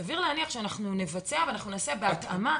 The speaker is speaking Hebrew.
סביר להניח שאנחנו נבצע ונעשה בהתאמה